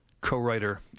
co-writer